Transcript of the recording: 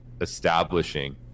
establishing